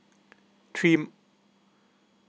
three